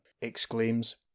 exclaims